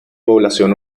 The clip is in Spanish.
población